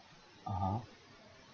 (uh huh)